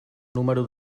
número